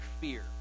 fear